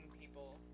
people